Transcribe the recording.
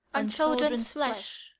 on children's flesh,